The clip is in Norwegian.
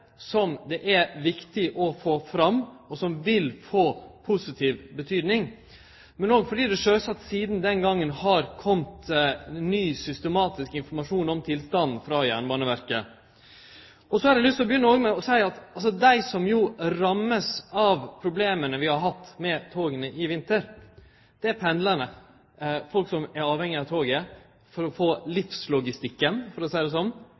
som det er viktig å få fram, som vil få positiv betyding, og fordi det sjølvsagt sidan den gongen har kome ny systematisk informasjon om tilstanden frå Jernbaneverket. Så har eg lyst til å seie at dei som vart ramma av problema vi hadde med toga i vinter, var pendlarane, folk som var avhengige av toget for å få livslogistikken – for å seie det slik – til å gå opp. Det var noko svært mange menneske opplevde dagleg. Men noko som